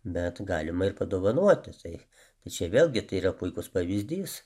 bet galima ir padovanoti tai tai čia vėlgi tai yra puikus pavyzdys